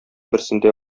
берсендә